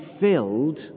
filled